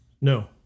No